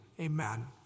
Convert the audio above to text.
Amen